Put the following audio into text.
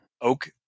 oak